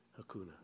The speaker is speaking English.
Hakuna